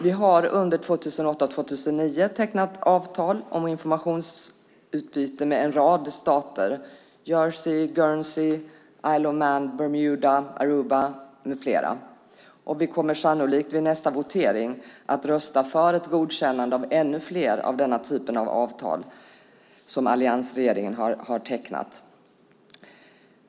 Vi har under 2008 och 2009 tecknat avtal om informationsutbyte med en rad stater - Jersey, Guernsey, Isle of Man, Bermuda, Aruba med flera - och vi kommer sannolikt vid nästa votering att rösta för ett godkännande av ännu fler av den här typen av avtal som alliansregeringen har tecknat.